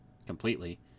completely